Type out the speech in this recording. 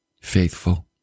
Faithful